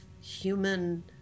human